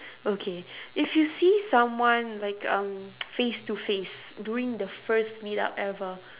okay if you see someone like um face-to-face during the first meetup ever